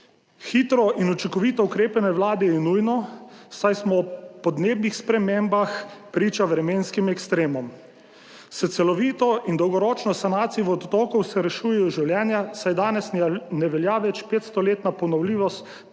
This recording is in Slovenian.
Hitro in učinkovito ukrepanje Vlade je nujno, saj smo o podnebnih spremembah priča vremenskim ekstremom. S celovito in dolgoročno sanacijo vodotokov se rešujejo življenja, saj danes ne velja več 500-letna ponovljivost